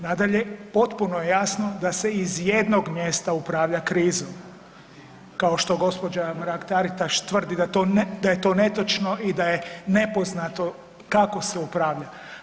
Nadalje, potpuno je jasno da se iz jednog mjesta upravlja krizom kao što gospođa Mrak Taritaš tvrdi da je to netočno i da je nepoznato kako se upravlja.